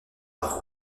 par